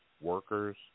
workers